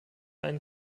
einen